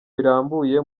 birambuye